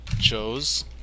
chose